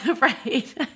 right